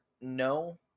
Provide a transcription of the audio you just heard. no